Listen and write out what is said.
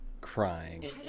crying